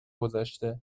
گذشته